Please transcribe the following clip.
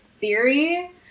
theory